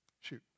shoot